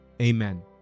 Amen